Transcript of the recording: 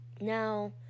Now